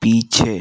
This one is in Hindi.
पीछे